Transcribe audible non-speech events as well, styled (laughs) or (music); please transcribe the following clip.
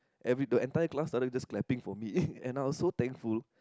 every the entire class started just clapping for me (laughs) and I was so thankful